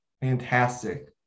fantastic